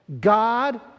God